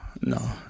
No